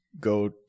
go